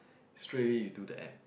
straight away you do the app